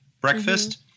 breakfast